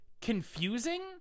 confusing